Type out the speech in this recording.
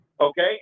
okay